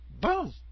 boom